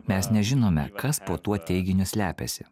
mes nežinome kas po tuo teiginiu slepiasi